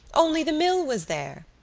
only the mill was there.